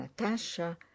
Natasha